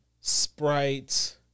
sprite